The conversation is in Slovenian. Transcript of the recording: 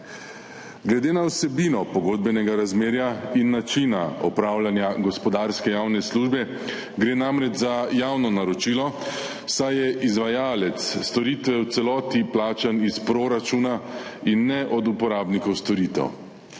Glede na vsebino pogodbenega razmerja in načina opravljanja gospodarske javne službe gre namreč za javno naročilo, saj je izvajalec storitve v celoti plačan iz proračuna in ne od uporabnikov storitev.